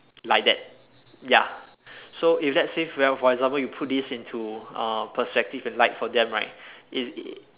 like that ya so if let's say for example you put this into uh perspective and light for them right it's